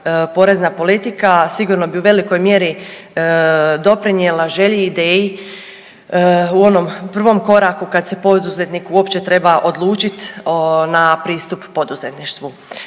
porezna politika sigurno bi u velikoj mjeri doprinijela želji i ideji u onom prvom koraku kad se poduzetnik uopće treba odlučit na pristup poduzetništvu.